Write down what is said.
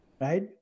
right